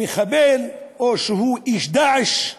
מחבל או שהוא איש "דאעש",